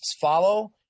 follow –